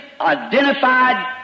identified